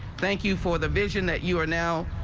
thank you for the vision that you are now.